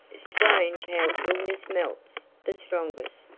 strange how illness melts the strongest!